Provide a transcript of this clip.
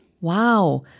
Wow